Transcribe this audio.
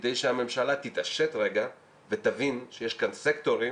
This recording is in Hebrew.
כדי שהממשלה תתעשת רגע ותבין שיש כאן סקטורים